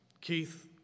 Keith